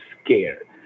scared